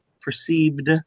perceived